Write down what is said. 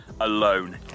alone